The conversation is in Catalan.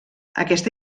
aquesta